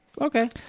Okay